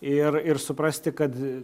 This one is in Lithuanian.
ir ir suprasti kad